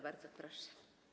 Bardzo proszę.